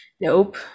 nope